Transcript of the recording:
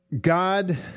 God